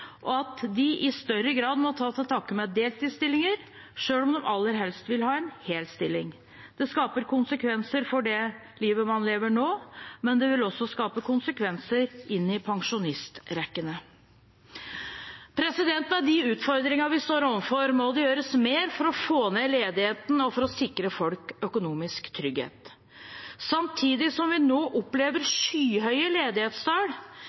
og at de i større grad må ta til takke med deltidsstillinger, selv om de aller helst vil ha en hel stilling. Det skaper konsekvenser for det livet man lever nå, men det vil også skape konsekvenser inn i pensjonistrekkene. Med de utfordringene vi står overfor, må det gjøres mer for å få ned ledigheten og for å sikre folk økonomisk trygghet. Samtidig som vi nå opplever skyhøye ledighetstall,